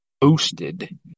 boosted